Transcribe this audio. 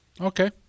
Okay